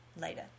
later